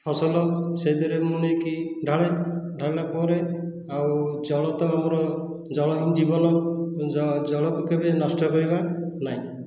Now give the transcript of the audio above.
ଫସଲ ସେଇଥିରେ ମୁଁ ନେଇକି ଢାଳେ ଢାଳିଲା ପରେ ଆଉ ଜଳ ତ ଆମର ଜଳ ହିଁ ଜୀବନ ଜଳକୁ କେବେ ନଷ୍ଟ କରିବା ନାହିଁ